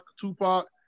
Tupac